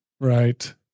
Right